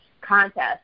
Contest